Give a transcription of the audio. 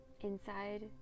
inside